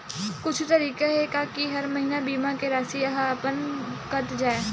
कुछु तरीका हे का कि हर महीना बीमा के राशि हा अपन आप कत जाय?